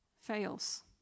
fails